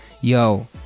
yo